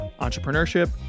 entrepreneurship